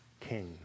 king